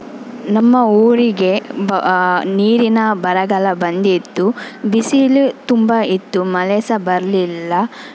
ನಮ್ಮ ಊರಿಗೆ ನೀರಿನ ಬರಗಾಲ ಬಂದಿತ್ತು ಬಿಸಿಲು ತುಂಬ ಇತ್ತು ಮಳೆ ಸಹ ಬರಲಿಲ್ಲ